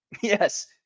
Yes